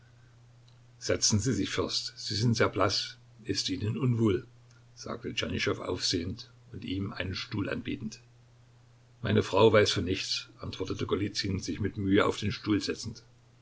setzen sie sich fürst sie sind sehr blaß ist ihnen unwohl sagte tschernyschow aufstehend und ihm einen stuhl anbietend meine frau weiß von nichts antwortete golizyn sich mit mühe auf den stuhl setzend